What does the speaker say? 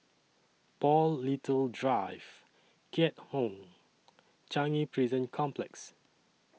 Paul Little Drive Keat Hong Changi Prison Complex